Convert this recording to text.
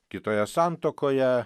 kitoje santuokoje